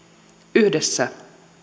yhdessä